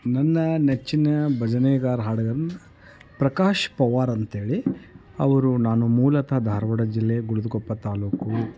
ನನ್ನ ನೆಚ್ಚಿನ ಭಜನೆಗಾರ ಹಾಡುಗ ಪ್ರಕಾಶ್ ಪವಾರ್ ಅಂತ ಹೇಳಿ ಅವರು ನಾನು ಮೂಲತಃ ಧಾರವಾಡ ಜಿಲ್ಲೆ ಗುಳದಕೊಪ್ಪ ತಾಲ್ಲೂಕು